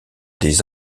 des